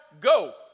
go